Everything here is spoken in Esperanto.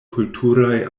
kulturaj